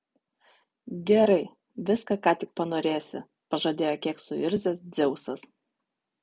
gerai viską ką tik panorėsi pažadėjo kiek suirzęs dzeusas